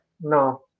No